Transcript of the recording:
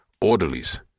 orderlies